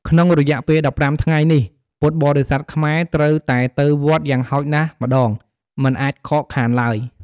ក្នុងរយៈពេល ១៥ថ្ងៃនេះ ពុទ្ធបរិស័ទខ្មែរត្រូវតែទៅវត្តយ៉ាងហោចណាស់ម្ដង មិនអាចខកខានឡើយ។